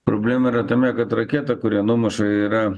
problema yra tame kad raketa kurią numuša yra